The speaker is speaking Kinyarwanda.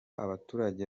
abaturage